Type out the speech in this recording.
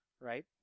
right